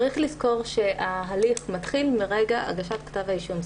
צריך לזכור שההליך מתחיל מרגע הגשת כתב האישום,